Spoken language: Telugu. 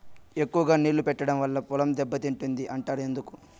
ఎక్కువగా నీళ్లు పెట్టడం వల్ల పొలం దెబ్బతింటుంది అంటారు ఎందుకు?